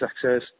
success